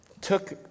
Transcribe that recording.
took